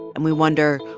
and we wonder,